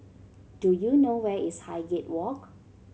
do you know where is Highgate Walk